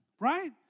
right